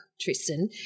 Tristan